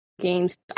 games